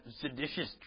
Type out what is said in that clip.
seditious